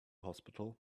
hospital